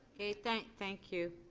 okay, thank thank you.